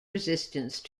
resistance